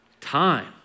time